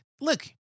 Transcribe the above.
Look